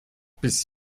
bis